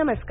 नमस्कार